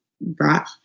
brought